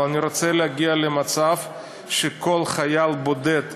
אבל אני רוצה להגיע למצב שכל חייל בודד שמשתחרר,